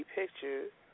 pictures